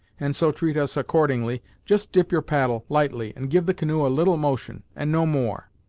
and so treat us accordingly, just dip your paddle lightly, and give the canoe a little motion and no more.